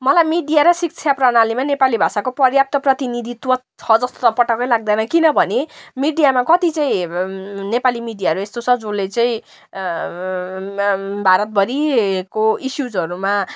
मलाई मिडिया र शिक्षा प्रणालीमा नेपाली भाषाको पर्याप्त प्रतिनिधित्व छ जस्तो त पटक्कै लाग्दैन किन भने मिडियामा कति चाहिँ नेपाली मिडियाहरू यस्तो छ जसले चाहिँ भारतभरिको इस्युजहरूमा